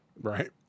Right